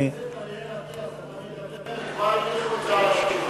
אתה מדבר, וכבר הניחו את זה על השולחן.